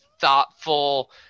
thoughtful